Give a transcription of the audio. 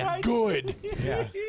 Good